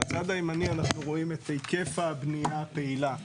בצד הימני אנחנו רואים את היקף הבנייה הפעילה.